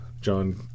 John